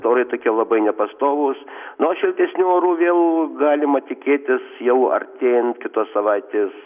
orai tokie labai nepastovūs na o šiltesnių orų vėl galima tikėtis jau artėjant kitos savaitės